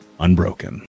Unbroken